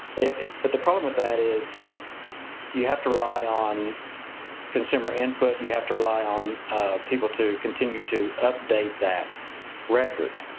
but the problem with that is you have to rely on consumer input, you have to rely on people to continue to update that record